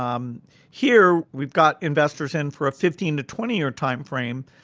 um here, we've got investors in for a fifteen to twenty year time frame.